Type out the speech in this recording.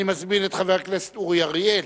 אני מזמין את חבר הכנסת אורי אריאל.